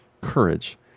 courage